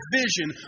vision